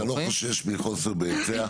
אבל אתה לא חושש מחוסר בהיצע?